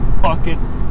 buckets